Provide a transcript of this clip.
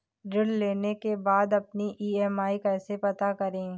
ऋण लेने के बाद अपनी ई.एम.आई कैसे पता करें?